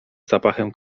zapachem